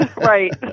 Right